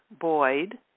Boyd